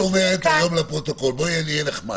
את אומרת היום לפרוטוקול אני אהיה נחמד.